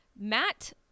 Matt